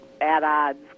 at-odds